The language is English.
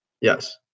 yes